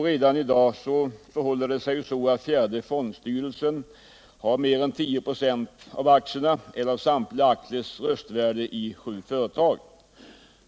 Redan i dag förfogar fjärde fondstyrelsen över mer än 10 ?6 av aktierna eller av samtliga aktiers röstvärde i sju företag.